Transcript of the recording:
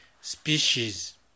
species